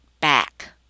back